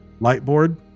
Lightboard